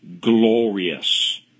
glorious